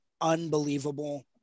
Unbelievable